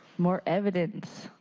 more evidence.